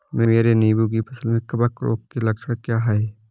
मेरी नींबू की फसल में कवक रोग के लक्षण क्या है?